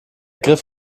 griff